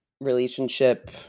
relationship